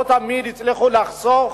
לא תמיד הצליחו לחסוך,